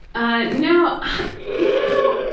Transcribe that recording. ah no, you know,